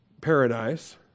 paradise